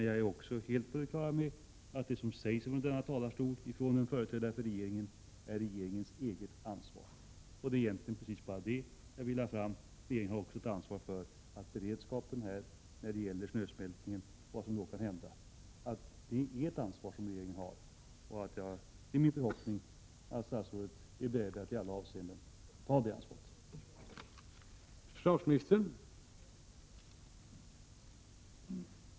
Jag är också helt på det klara med att det som sägs ifrån denna talarstol av en företrädare för regeringen är regeringens eget ansvar. Det är precis vad jag ville få fram — regeringen har ett ansvar för beredskapen inför snösmältningen och vad som då kan hända. Det är min förhoppning att statsrådet är beredd att i alla avseenden ta det ansvaret.